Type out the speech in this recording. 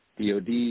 DOD